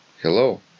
Hello